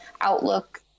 Outlook